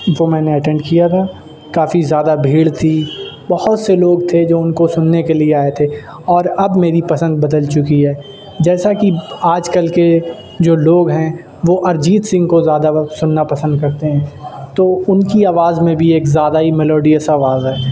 جو میں نے اٹینڈ کیا تھا کافی زیادہ بھیڑ تھی بہت سے لوگ تھے جو ان کو سننے کے لیے آئے تھے اور اب میری پسند بدل چکی ہے جیسا کہ آج کل کے جو لوگ ہیں وہ ارجیت سنگھ کو زیادہ وقت سننا پسند کرتے ہیں تو ان کی آواز میں بھی ایک زیادہ ہی ملوڈیس آواز ہے